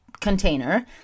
container